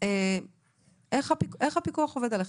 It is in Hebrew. ההיתר שלהם ניתן לשנה וכל שנה הוא מתחדש,